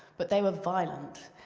but they were violent.